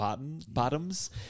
Bottoms